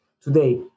Today